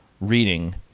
reading